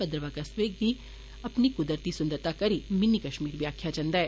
भद्रवाह कस्बे गी अपनी कुदरती सुन्दरता करी मिनी कष्मीर बी आक्खेआ जन्दा ऐ